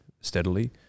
steadily